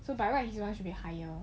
so by right his one should be higher